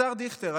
השר דיכטר,